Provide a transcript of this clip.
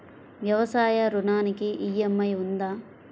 వ్యవసాయ ఋణానికి ఈ.ఎం.ఐ ఉందా?